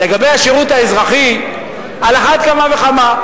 לגבי השירות האזרחי על אחת כמה וכמה,